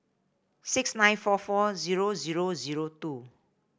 six nine four four zero zero zero two